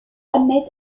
ahmed